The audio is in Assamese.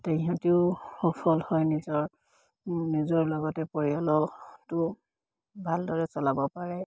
তে ইহঁতিও সফল হয় নিজৰ নিজৰ লগতে পৰিয়ালটো ভালদৰে চলাব পাৰে